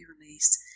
released